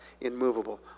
immovable